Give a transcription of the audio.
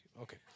Okay